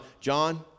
John